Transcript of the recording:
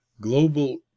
Global